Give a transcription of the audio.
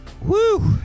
Woo